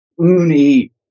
uni